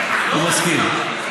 הוא מסכים.